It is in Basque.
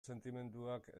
sentimenduak